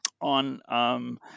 on